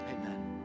amen